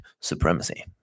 supremacy